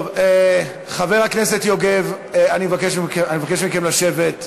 טוב, חבר הכנסת יוגב, אני מבקש מכם לשבת.